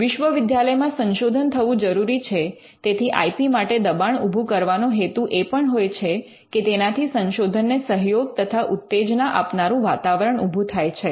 વિશ્વવિદ્યાલયમાં સંશોધન થવું જરૂરી છે તેથી આઇ પી માટે દબાણ ઊભું કરવાનો હેતુ એ પણ હોય છે કે તેનાથી સંશોધનને સહયોગ તથા ઉત્તેજના આપનારુ વાતાવરણ ઊભું થાય છે